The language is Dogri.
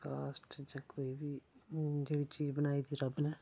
कास्ट जां कोई बी जेह्ड़ी चीज़ बनाई दी रब्ब ने